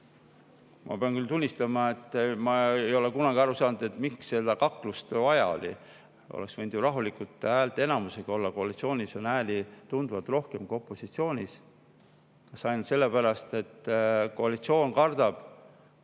Ma pean küll tunnistama, et ma ei ole kunagi aru saanud, miks seda kaklust vaja oli. Oleks võinud ju rahulikult häälteenamusega olla, kuna koalitsioonis on hääli tunduvalt rohkem kui opositsioonis. Kas ainult sellepärast, et koalitsioon kardab,